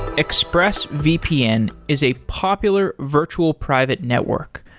expressvpn is a popular virtual private network.